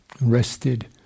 rested